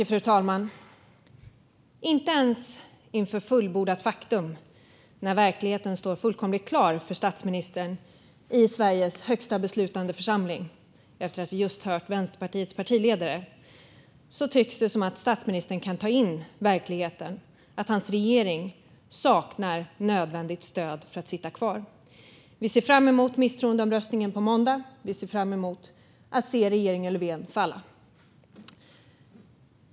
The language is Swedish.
Fru talman! Inte ens inför fullbordat faktum, när verkligheten står fullkomligt klar för statsministern i Sveriges högsta beslutande församling efter att vi just hört Vänsterpartiets partiledare, tycks det som om statsministern kan ta in verkligheten: att hans regering saknar nödvändigt stöd för att sitta kvar. Vi ser fram emot misstroendeomröstningen på måndag. Vi ser fram emot att se regeringen Löfven falla.